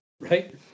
right